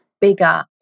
bigger